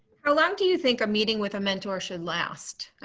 how long do you think a meeting with a mentor should last?